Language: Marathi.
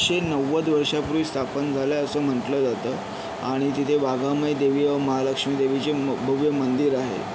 क्षे नव्वद वर्षांपूर्वी स्थापित झालंय असं म्हटलं जातं आणि तिथे वाघामय देवी व महालक्ष्मी देवीचे म भव्य मंदिर आहे